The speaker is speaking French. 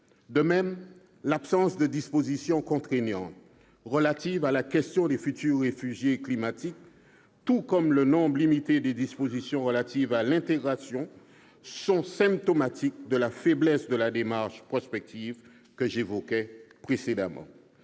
De même, l'absence de dispositions contraignantes relatives à la question des futurs réfugiés climatiques, tout comme le nombre limité des mesures relatives à l'intégration sont symptomatiques de la faiblesse de la démarche prospective que j'évoquais précédemment.